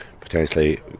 potentially